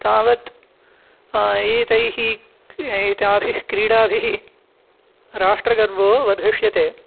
तावत् एतैः क् एताभिः क्रीडाभिः राष्ट्रगर्वः वर्धिष्यते